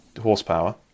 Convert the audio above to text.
horsepower